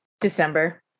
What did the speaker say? December